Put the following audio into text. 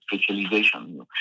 specialization